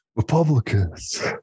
Republicans